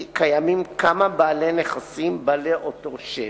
קיימים כמה בעלי נכסים בעלי אותו שם,